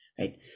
Right